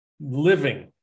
living